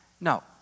No